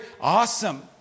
awesome